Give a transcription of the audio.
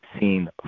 seen